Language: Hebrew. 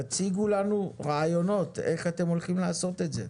תציגו לנו רעיונות אך אתם הולכים לעשות את זה.